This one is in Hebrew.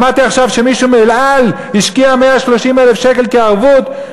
שמעתי עכשיו שמישהו מ"אל על" השקיע 130,000 שקל כערבות,